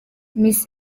miss